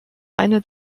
eine